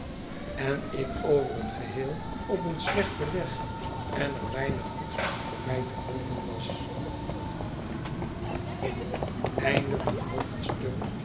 en ik over het geheel op een slechten weg en er weinig goeds voor mij te hopen was